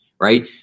right